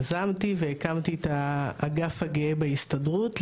יזמתי והקמתי את האגף הגאה בהסתדרות.